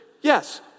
Yes